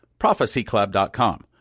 ProphecyClub.com